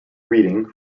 reading